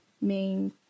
main